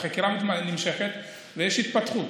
החקירה נמשכת ויש התפתחות.